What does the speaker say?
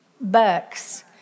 bucks